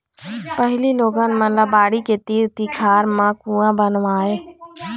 पहिली लोगन मन बाड़ी के तीर तिखार म कुँआ बनवावय